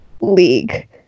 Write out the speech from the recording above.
league